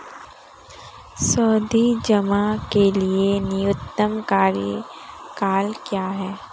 सावधि जमा के लिए न्यूनतम कार्यकाल क्या है?